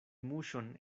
muŝon